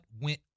went